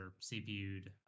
cpu'd